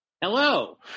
hello